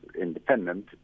independent